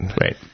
Right